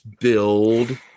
build